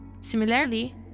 Similarly